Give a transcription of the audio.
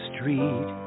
Street